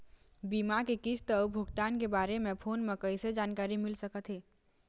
बीमा के किस्त अऊ भुगतान के बारे मे फोन म कइसे जानकारी मिल सकत हे?